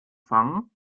fangen